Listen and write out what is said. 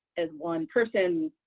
as one person,